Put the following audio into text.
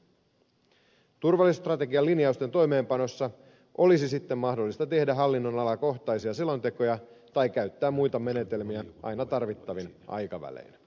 turvallisuusstrategian linjausten toimeenpanossa olisi sitten mahdollista tehdä hallinnonalakohtaisia selontekoja tai käyttää muita menetelmiä aina tarvittavin aikavälein